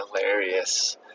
hilarious